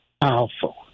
powerful